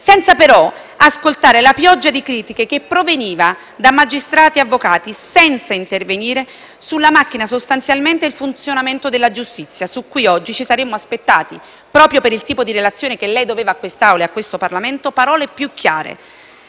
senza però ascoltare la pioggia di critiche che proveniva da magistrati e avvocati, senza intervenire sostanzialmente sulla macchina e sul funzionamento della giustizia, su cui oggi ci saremmo aspettati, proprio per il tipo di relazione che lei doveva a quest'Aula e a questo Parlamento, parole più chiare,